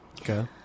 Okay